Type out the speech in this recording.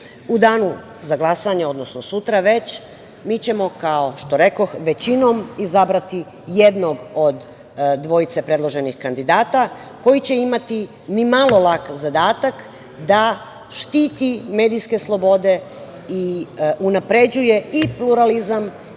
danu za glasanje, odnosno sutra već, mi ćemo kao što rekoh većinom izabrati jednog od dvojice predloženih kandidata koji će imati ni malo lak zadatak da štiti medijske slobode i unapređuje i pluralizam